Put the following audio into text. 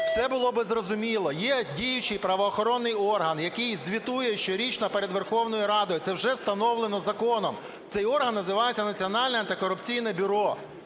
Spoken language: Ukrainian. все було би зрозуміло. Є діючий правоохоронний орган, який звітує щорічно перед Верховною Радою, це вже встановлено законом, цей орган називається Національне антикорупційне бюро.